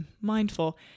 mindful